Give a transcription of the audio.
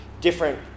different